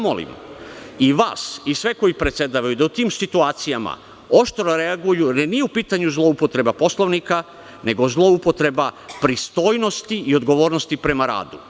Molim vas, i vas i sve koji predsedavaju, da u tim situacijama oštro reaguju, jer nije u pitanju zloupotreba Poslovnika, nego zloupotreba pristojnosti i odgovornosti prema radu.